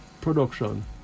production